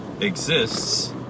exists